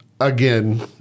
again